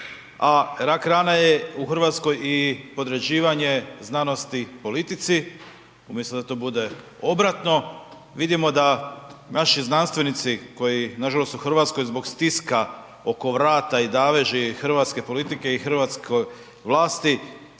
rak rana je u Hrvatskoj i podređivanje znanosti u politici umjesto da to bude obratno, vidimo da naši znanstvenici koji nažalost u Hrvatskoj zbog stiska oko vrata i daveži hrvatske politike i hrvatske vlasti,